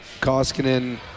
Koskinen